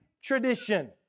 tradition